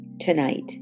tonight